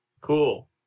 Cool